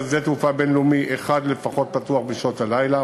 שדה תעופה בין-לאומי אחד לפחות הפתוח בשעות הלילה.